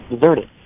deserted